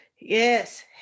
yes